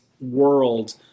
world